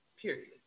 Period